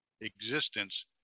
existence